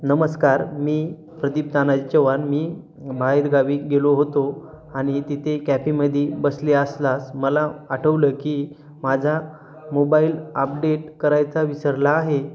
नमस्कार मी प्रदीप तानाजी चव्हाण मी बाहेरगावी गेलो होतो आणि तिथे कॅफेमध्ये बसले असलास मला आठवलं की माझा मोबाईल अपडेट करायचा विसरला आहे